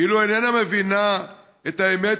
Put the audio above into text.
כאילו איננה מבינה את האמת